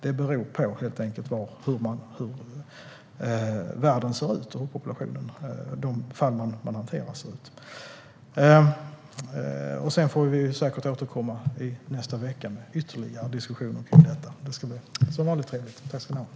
Det beror helt enkelt på hur världen ser ut och på hur de fall man hanterar ser ut. Vi får säkert återkomma i nästa vecka med ytterligare diskussioner kring detta. Det ska, som vanligt, bli trevligt.